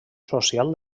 social